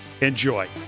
enjoy